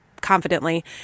confidently